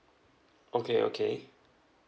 okay okay